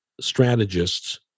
strategists